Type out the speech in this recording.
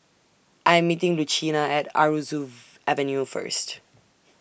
I Am meeting Lucina At Aroozoo Avenue First